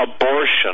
abortion